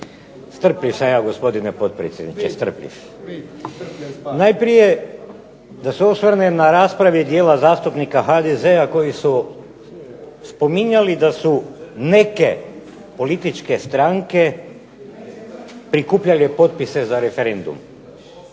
Strpljiv sam ja, gospodine potpredsjedniče, strpljiv. Najprije da se osvrnem na rasprave dijela zastupnika HDZ-a koji su spominjali da su neke političke stranke prikupljale potpise za referendum.